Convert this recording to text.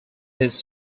his